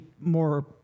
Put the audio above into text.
more